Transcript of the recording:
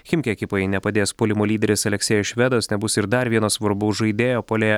chimki ekipai nepadės puolimo lyderis aleksėjus švedas nebus ir dar vieno svarbaus žaidėjo puolėjo